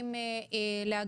המסמכים להגשה.